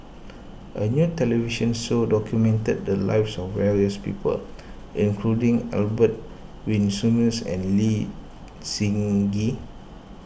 a new television show documented the lives of various people including Albert Winsemius and Lee Seng Gee